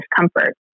discomfort